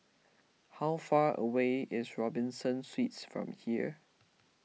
how far away is Robinson Suites from here